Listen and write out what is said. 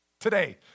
today